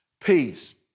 peace